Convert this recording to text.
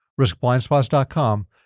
riskblindspots.com